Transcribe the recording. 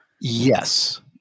Yes